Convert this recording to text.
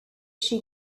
she